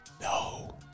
no